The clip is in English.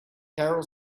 carol